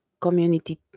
community